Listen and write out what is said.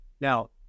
Now